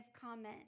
comment